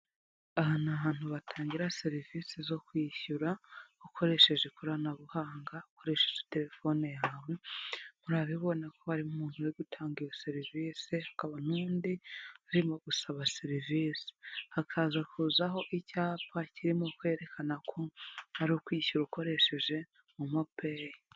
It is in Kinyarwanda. Aha ni ahantu batangira serivisi zo kwishyura ukoresheje ikoranabuhanga, ukoresheje telefone yawe, murabibona ko harimo umuntu uri gutanga iyo serivisi, hakaba n'undi urimo gusaba serivisi. Hakaza kuzaho icyapa kirimo kwerekana ko ari ukwishyura ukoresheje momo peyi.